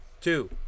two